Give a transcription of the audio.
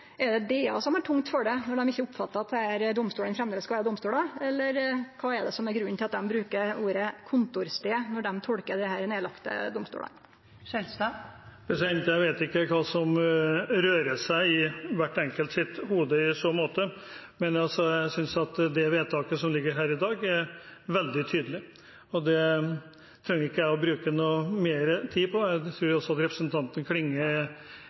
Er det DA som har tungt for det når dei ikkje oppfattar at desse domstolane framleis skal vere domstolar – eller kva er det som er grunnen til at dei bruker ordet «kontorsted» når dei tolkar desse nedlagde domstolane? Jeg vet ikke hva som rører seg i hvert enkelt hode i så måte, men jeg synes det vedtaket som ligger her i dag, er veldig tydelig, og det trenger jeg ikke å bruke noe mer tid på. Jeg tror også representanten Klinge